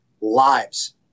lives